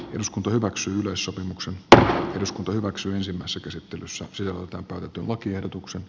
eduskunta hyväksyi sopimuksen tähtensä turvaksi ensimmäiset esittelyssä syö muuta tarvittu lakiehdotukset